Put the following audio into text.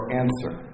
answer